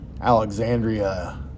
Alexandria